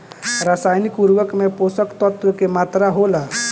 रसायनिक उर्वरक में पोषक तत्व की मात्रा होला?